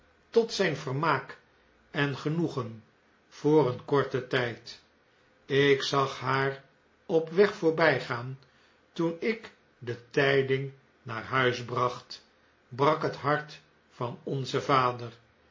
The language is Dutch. tot zijn vermaak en genoegen voor een korten tn'd ik zag haar op weg voorbjjgaan toen ik de tjjding naar huis bracht brak het hart van onzen vader